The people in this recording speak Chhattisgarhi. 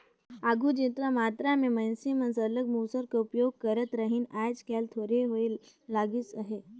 आघु जेतना मातरा में मइनसे मन सरलग मूसर कर उपियोग करत रहिन आएज काएल थोरहें होए लगिस अहे